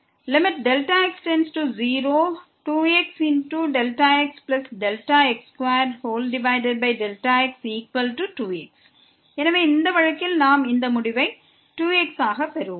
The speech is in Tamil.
Δx→02xxx2x2x எனவே இந்த வழக்கில் நாம் இந்த முடிவை 2x ஆகப் பெறுவோம்